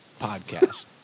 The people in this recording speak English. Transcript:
podcast